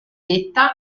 detta